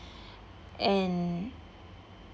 and